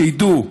שידעו.